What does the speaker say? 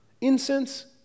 incense